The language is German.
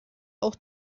auch